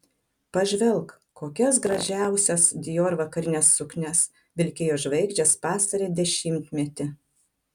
pažvelk kokias gražiausias dior vakarines suknias vilkėjo žvaigždės pastarąjį dešimtmetį